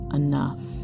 enough